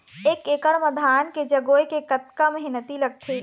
एक एकड़ म धान के जगोए के कतका मेहनती लगथे?